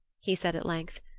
he said at length,